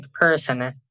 person